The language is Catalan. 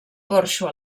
porxo